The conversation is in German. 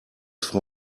frau